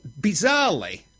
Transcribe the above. bizarrely